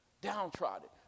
downtrodden